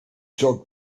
took